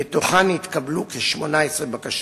ומתוכן נתקבלו כ-18 בקשות.